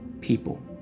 people